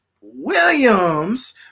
Williams